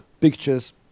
pictures